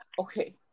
Okay